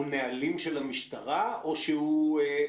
אלה נהלים המשטרה או תקנות?